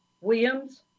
Williams